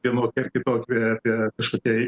vienokia ar kitokia apie kažkokią